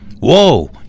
Whoa